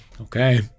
Okay